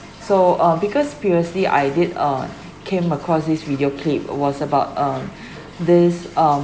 so uh because previously I did uh came across this video clip it was about um this um